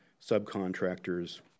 subcontractors